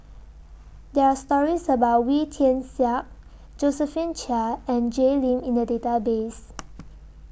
There Are stories about Wee Tian Siak Josephine Chia and Jay Lim in The Database